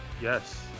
Yes